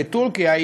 מטורקיה,